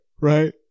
Right